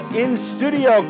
in-studio